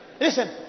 Listen